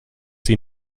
sie